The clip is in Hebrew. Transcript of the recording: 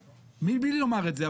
מבלי לומר את זה,